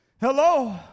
Hello